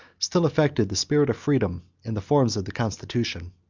still affected the spirit of freedom, and the forms of the constitution.